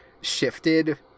shifted